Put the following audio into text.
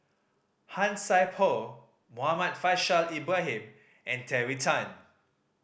Han Sai Por Muhammad Faishal Ibrahim and Terry Tan